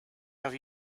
have